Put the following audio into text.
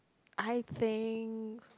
I think